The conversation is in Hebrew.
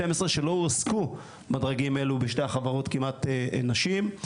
שלא הועסקו בדרגים אלו בשתי החברות כמעט נשים.